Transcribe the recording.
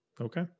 Okay